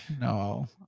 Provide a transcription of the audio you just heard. No